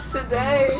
today